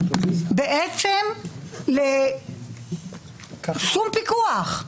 בעצם בלי פיקוח.